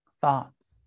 thoughts